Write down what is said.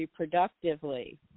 reproductively